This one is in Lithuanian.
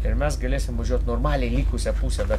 ir mes galėsim važiuot normaliai likusią pusę da